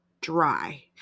dry